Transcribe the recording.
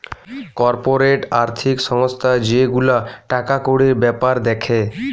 corporate আর্থিক সংস্থা যে গুলা টাকা কড়ির বেপার দ্যাখে